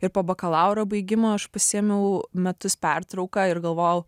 ir po bakalauro baigimo aš pasiėmiau metus pertrauką ir galvojau